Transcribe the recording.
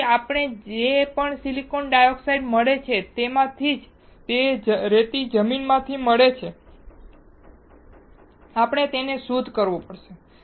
તેથી આપણને જે પણ સિલિકોન ડાયોક્સાઇડ મળે છે તેમાંથી તે રેતી જમીનમાંથી મળે છે આપણે તેને શુદ્ધ કરવું પડશે